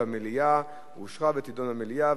אושרה ותידון במליאה.